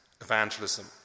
evangelism